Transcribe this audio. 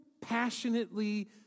passionately